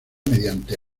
mediante